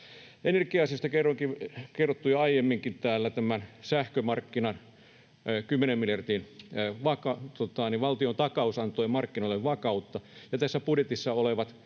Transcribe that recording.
Energia-asioista on kerrottu jo aiemminkin täällä. Tämä sähkömarkkinan kymmenen miljardin valtiontakaus antoi markkinoille vakautta. Ja tässä budjetissa olevat